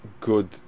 good